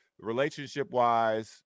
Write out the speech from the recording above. Relationship-wise